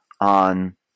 on